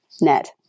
net